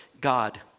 God